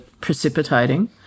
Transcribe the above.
precipitating